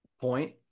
point